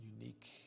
unique